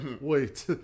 Wait